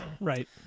Right